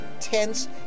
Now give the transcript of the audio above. tense